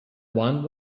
one